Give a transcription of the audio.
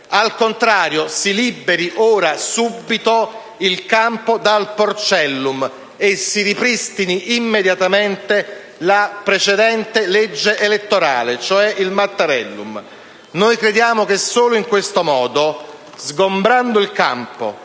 Al contrario: si liberi ora, subito, il campo dal "porcellum" e si ripristini immediatamente la precedente legge elettorale, cioè il "Mattarellum". Noi crediamo che solo in questo modo, sgombrando il campo